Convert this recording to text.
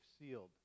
sealed